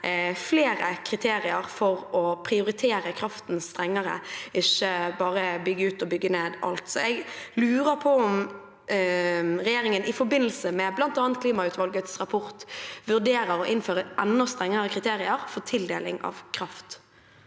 flere kriterier for å prioritere kraften strengere, ikke bare bygge ut og bygge ned alt. Jeg lurer på om regjeringen i forbindelse med bl.a. klimautvalgets rapport vurderer å innføre enda strengere kriterier for tildeling av kraft.